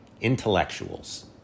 intellectuals